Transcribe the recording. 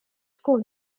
school